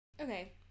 Okay